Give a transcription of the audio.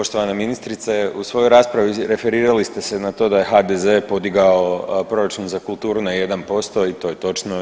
Poštovana ministrice, u svojoj raspravi referirali ste se na to da je HDZ podigao proračun za kulturu na 1% i to je točno.